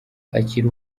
akiri